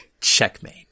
Checkmate